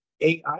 AI